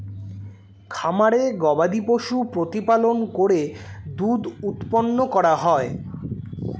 খামারে গবাদিপশু প্রতিপালন করে দুধ উৎপন্ন করা হয়